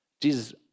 Jesus